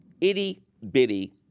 itty-bitty